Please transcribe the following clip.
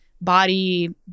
body